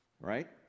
right